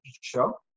show